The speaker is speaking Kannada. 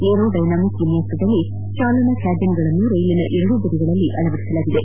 ಏರೋ ಡೈನಾಮಿಕ್ ವಿನ್ಯಾಸದಲ್ಲಿ ಚಾಲನ ಕ್ಲಾಬಿನ್ಗಳನ್ನು ರೈಲಿನ ಎರಡೂ ಬದಿಗಳಲ್ಲಿ ಅಳವಡಿಸಲಾಗಿದೆ